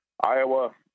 Iowa